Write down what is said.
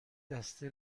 دسته